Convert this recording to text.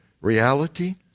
reality